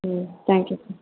ம் thank you sir